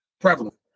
prevalent